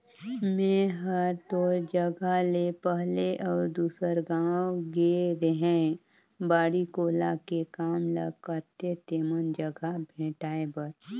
मेंए हर तोर जगह ले पहले अउ दूसर गाँव गेए रेहैं बाड़ी कोला के काम ल करथे तेमन जघा भेंटाय बर